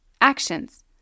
Actions